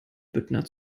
büttner